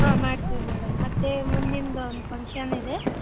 ಹಾಂ ಮಾಡ್ತೀವಿ ಮೇಡಮ್ ಮತ್ತು ಮುಂದಿಂದು ಒಂದು ಫಂಕ್ಷನ್ ಇದೆ